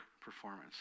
performance